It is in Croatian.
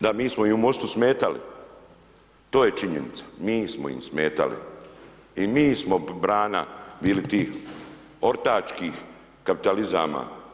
Da, mi smo im u MOST-u smetali, to je činjenica, mi smo im smetali i mi smo brana bili tih ortačkih kapitalizama.